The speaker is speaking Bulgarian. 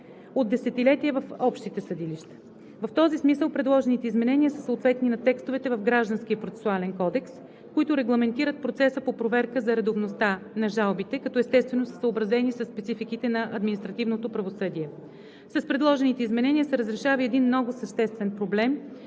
от десетилетия в общите съдилища. В този смисъл предложените изменения са съответни на текстовете в Гражданския процесуален кодекс, които регламентират процеса по проверка за редовността на жалбите, като, естествено, са съобразени със спецификите на административното правосъдие. С предложените изменения се разрешава и един много съществен проблем,